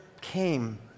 came